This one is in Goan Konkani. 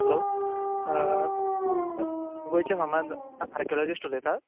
हॅलो गोंयचे फामाद आ आर्क्यॉलॉजिस्ट उलयतात